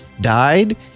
died